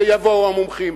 ויבואו המומחים.